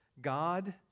God